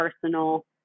personal